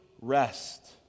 rest